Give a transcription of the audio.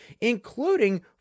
including